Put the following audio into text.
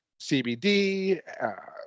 CBD